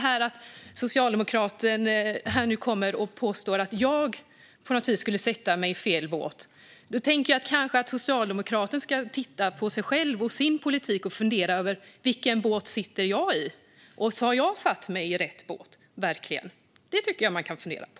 När socialdemokraten påstår att jag på något vis skulle sätta mig i fel båt tänker jag att socialdemokraten kanske ska titta på sig själv och sin politik och fundera över vilken båt han sitter i och om han verkligen har satt sig i rätt båt. Det tycker jag att man kan fundera på.